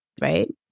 right